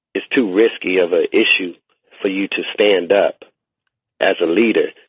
it's too risky of an issue for you to stand up as a leader.